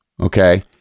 Okay